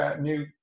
new